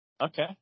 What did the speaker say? Okay